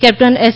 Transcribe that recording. captain S